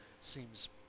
seems